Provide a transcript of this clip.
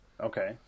Okay